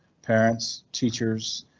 parents, teachers,